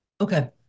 Okay